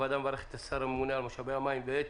הוועדה מברכת את השר הממונה על משאבי המים ואת